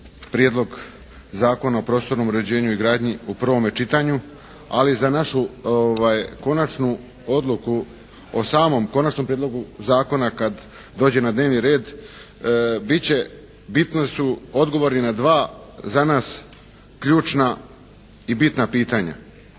Prijedlog zakona o prostornom uređenju i gradnji u prvome čitanju, ali za našu konačnu odluku o samom Konačnom prijedlogu zakona kad dođe na dnevni red bit će, bitni su odgovori na dva za nas ključna i bitna pitanja.